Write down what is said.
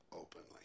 openly